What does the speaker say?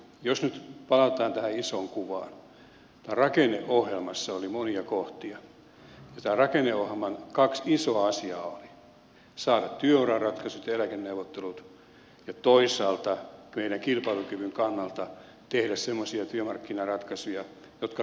jos nyt palataan tähän isoon kuvaan rakenneohjelmassa oli monia kohtia ja tämän rakenneohjelman kaksi isoa asiaa ovat saada työuraratkaisut ja eläkeneuvottelut ja toisaalta meidän kilpailukyvyn kannalta tehdä semmoisia työmarkkinaratkaisuja jotka tukevat kilpailukykyä